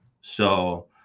So-